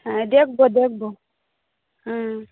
হ্যাঁ দেখব দেখব হ্যাঁ